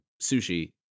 sushi